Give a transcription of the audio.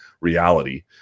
reality